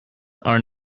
are